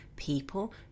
people